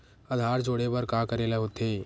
आधार जोड़े बर का करे ला होथे?